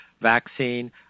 vaccine